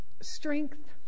strength